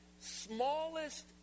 smallest